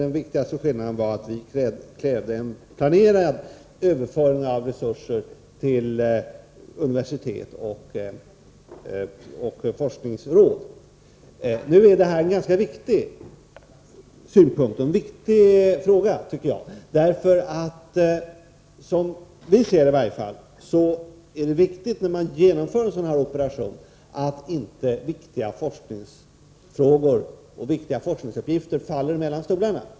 Den viktigaste skillnaden skulle vara att vi-krävde en planerad överföring av resurser till universitet och forskningsråd. Nu är detta en ganska viktig synpunkt, tycker jag. I varje fall som vi ser det är det väsentligt när man genomför en sådan operation att inte viktiga forskningsfrågor och forskningsuppgifter faller mellan stolarna.